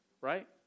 right